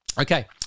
Okay